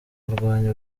arwanya